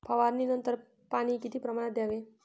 फवारणीनंतर पाणी किती प्रमाणात द्यावे?